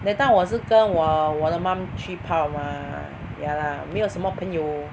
that time 我是跟我我的 mom 去泡 mah ya lah 没有什么朋友